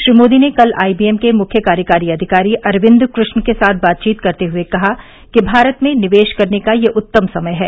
श्री मोदी ने कल आईबीएम के मुख्य कार्यकारी अधिकारी अरविन्द कृष्ण के साथ बातचीत करते हुए कहा कि भारत में निवेश करने का यह उत्तम समय है